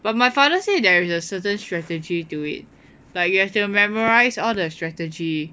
but my father say there is a certain strategy to it like you have to memorise all the strategy